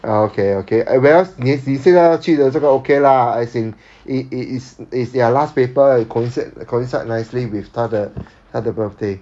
ah okay okay whereas 你你现在要去的这个 okay lah as in it it it's ya last paper coincide coincide nicely with 他的他的 birthday